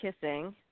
kissing